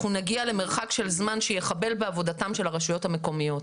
אנחנו נגיע למרחק של זמן שיחבל בעבודתן של הרשויות המקומיות.